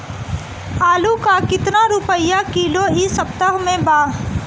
आलू का कितना रुपया किलो इह सपतह में बा?